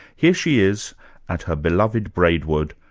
here she is at her beloved braidwood,